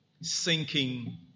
Sinking